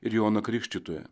ir joną krikštytoją